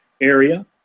area